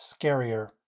scarier